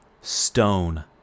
Stone